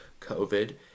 COVID